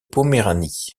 poméranie